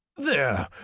there!